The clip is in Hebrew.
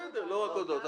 בסדר, לא רק הודעות.